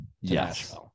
yes